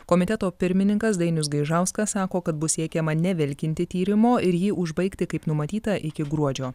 komiteto pirmininkas dainius gaižauskas sako kad bus siekiama nevilkinti tyrimo ir jį užbaigti kaip numatyta iki gruodžio